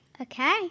Okay